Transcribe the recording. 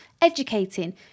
educating